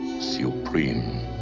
supreme